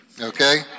Okay